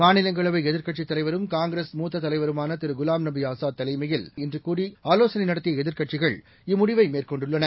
மாநிலங்களவைஎதிர்க்கட் சித்தலைவரும் காங்கிரஸ்மூத்ததலைவருமானகுலாம்நபிஆசாத்தலைமையி ல்இன்றுகூடி ஆலோசனைநடத்திய எதிர்க்கட்சிகள்இம்முடிவை மேற்கொண்டுள்ளன